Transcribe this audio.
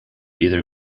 either